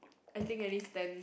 I think at least then